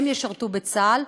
הם ישרתו בצה"ל,